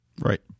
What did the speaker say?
Right